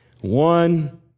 One